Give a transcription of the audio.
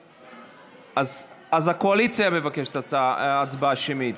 שמית, שמית, אז הקואליציה מבקשת הצבעה שמית.